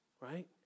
right